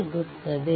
ಸಿಗುತ್ತದೆ